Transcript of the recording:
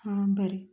हा बरें